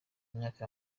myaka